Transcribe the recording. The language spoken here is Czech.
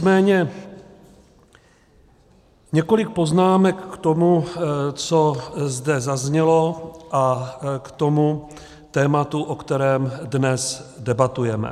Nicméně několik poznámek k tomu, co zde zaznělo, a k tomu tématu, o kterém dnes debatujeme.